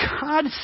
God